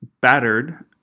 battered